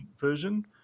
version